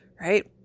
right